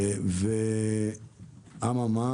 והוא מבורך,